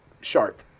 sharp